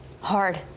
hard